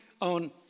on